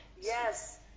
Yes